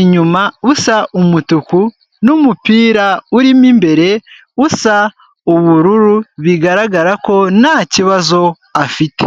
inyuma usa umutuku n' umupira urimo imbere usa ubururu, bigaragara ko nta kibazo afite.